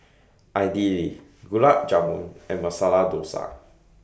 Idili Gulab Jamun and Masala Dosa